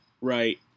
Right